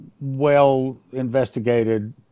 well-investigated